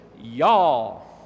Y'all